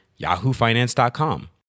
YahooFinance.com